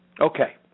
Okay